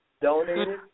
donated